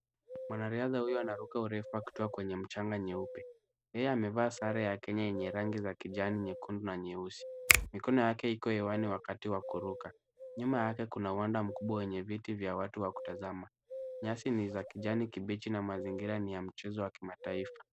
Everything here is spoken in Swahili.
Mwanariadha huyu anaruka urefu akitua kwenye mchanga nyeupe. Yeye amevaa sare ya Kenya yenye rangi za kijani, nyekundu na nyeusi. Mikono yake iko hewani wakati wa kuruka. Nyuma yake kuna uwanda mkubwa wenye viti vya watu wa kutazama. Nyasi ni za kijani kibichi na mazingira ni ya mchezo wa kimataifa.